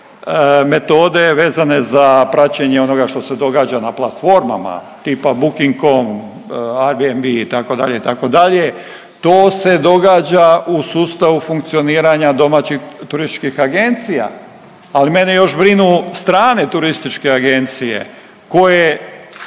metode vezane za praćenje onoga što se događa na platformama tipa Boocking.com, Airbnb itd, itd., to se događa u sustavu funkcioniranja domaćih turističkih agencija, ali mene još brinu strane turističke agencije koje